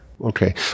Okay